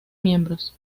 miembros